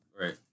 Right